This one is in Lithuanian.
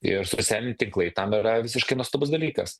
ir socialiniai tinklai tam yra visiškai nuostabus dalykas